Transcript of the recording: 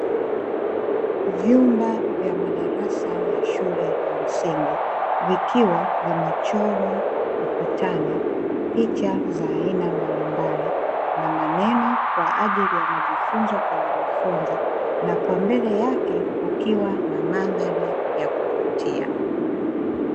Vyumba vya madarasa ya shule ya msingi, vikiwa vimechorwa ukutani picha za aina mbalimbali, na maneno kwa ajili ya majifunzo kwa wanafunzi, na kwa mbele yake kukiwa na mandhari ya kuvutia.